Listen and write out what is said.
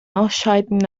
ausscheiden